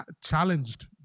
challenged